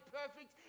perfect